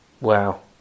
Wow